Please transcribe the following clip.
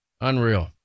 Unreal